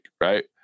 right